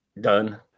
done